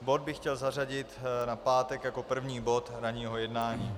Bod bych chtěl zařadit na pátek jako první bod ranního jednání.